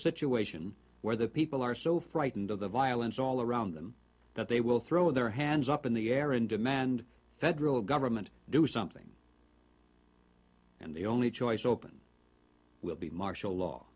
situation where the people are so frightened of the violence all around them that they will throw their hands up in the air and demand federal government do something and the only choice open will be martial law